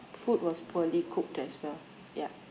food was poorly cooked as well ya